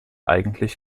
eigentlich